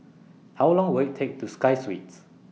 How Long Will IT Take to Walk to Sky Suites